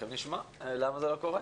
תיכף נשמע למה זה לא קורה.